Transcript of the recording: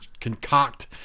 concoct